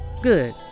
Good